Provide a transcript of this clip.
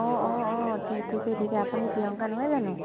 অঁ অঁ অঁ ঠিকে ঠিকে আপুনি প্ৰিয়ংকা নহয় জানো